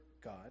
God